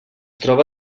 troba